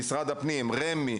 רמ״י,